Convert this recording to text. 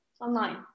online